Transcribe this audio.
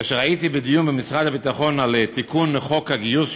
כאשר הייתי בדיון במשרד הביטחון על תיקון חוק הגיוס,